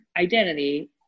identity